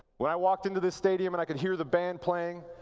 but i walked into the stadium and i could hear the band playing.